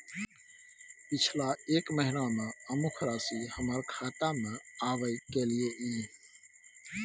पिछला एक महीना म अमुक राशि हमर खाता में आबय कैलियै इ?